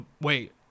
Wait